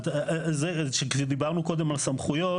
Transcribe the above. כשדיברנו קודם על סמכויות,